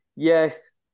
Yes